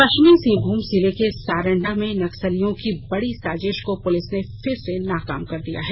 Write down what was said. पश्चिमी सिंहभूम जिले के सारंडा में नक्सलियों की बड़ी साजिश को पुलिस ने फिर नाकाम कर दिया है